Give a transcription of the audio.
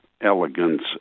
elegance